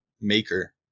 maker